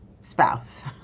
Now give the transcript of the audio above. spouse